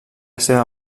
seva